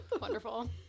Wonderful